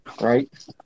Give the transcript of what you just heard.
Right